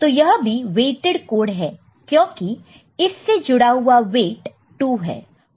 तो यह भी वेट्ड कोड है क्योंकि इससे जुड़ा हुआ वेट 2 है